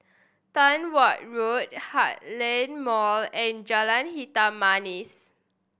Tong Watt Road Heartland Mall and Jalan Hitam Manis